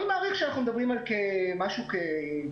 אני מעריך שאנחנו מדברים על משהו כ-5,000,